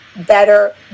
better